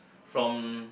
from